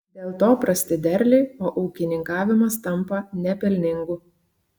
dėl to prasti derliai o ūkininkavimas tampa nepelningu